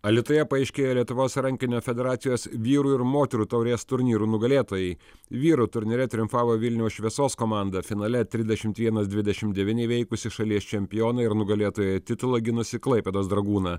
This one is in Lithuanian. alytuje paaiškėjo lietuvos rankinio federacijos vyrų ir moterų taurės turnyrų nugalėtojai vyrų turnyre triumfavo vilniaus šviesos komanda finale trisdešimt vienas dvidešim devyni įveikusi šalies čempioną ir nugalėtojo titulą ginusį klaipėdos dragūną